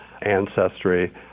ancestry